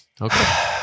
Okay